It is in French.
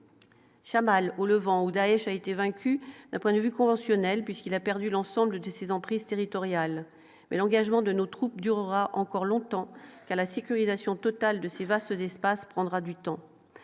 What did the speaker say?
Chammal au Levant ou Daech a été vaincu le point de vue conventionnel, puisqu'il a perdu l'ensemble de ces emprises territoriales l'engagement de nos troupes durera encore longtemps à la sécurisation totale de ce qui va se d'espace prendra du temps,